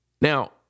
Now